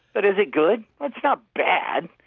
but is it good? it's not bad.